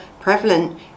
prevalent